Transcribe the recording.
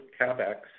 capex